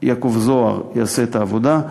יעקב זוהר יעשה את העבודה,